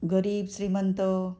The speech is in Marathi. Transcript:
गरीब श्रीमंत